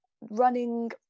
running